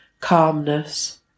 calmness